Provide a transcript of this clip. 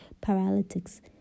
paralytics